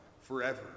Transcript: forever